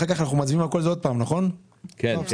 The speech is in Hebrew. ההסתייגות הבאה, בבקשה.